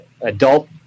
adult